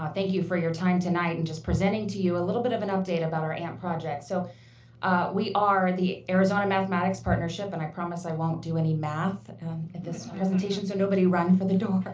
thank you for your time tonight. and just presenting to you a little bit of an update about our amp project. so we are the arizona mathematics partnership. and i promise i won't do any math at this presentation, so nobody run for the door.